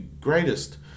greatest